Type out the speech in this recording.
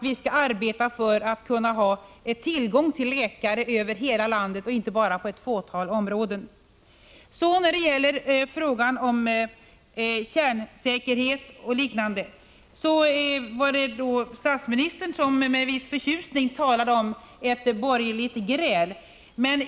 Vi skall arbeta för att ha tillgång till läkare i hela landet och inte bara i ett fåtal områden. Sedan till frågan om kärnkraftens säkerhet. Statsministern talade med en viss förtjusning om ett borgerligt gräl.